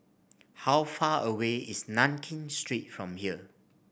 how far away is Nankin Street from here